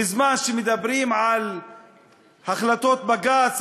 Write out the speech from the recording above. בזמן שמדברים על החלטות בג"ץ,